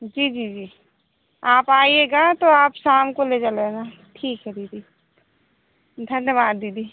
जी जी जी आप आइएगा तो आप शाम को ले जा लेना ठीक है दीदी धन्यवाद दीदी